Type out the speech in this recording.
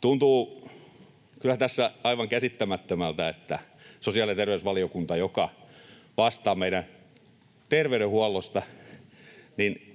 Tuntuu kyllä tässä aivan käsittämättömältä, että sosiaali- ja terveysvaliokunnalta, joka vastaa meidän terveydenhuollosta,